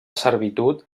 servitud